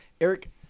Eric